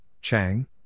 Chang